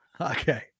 okay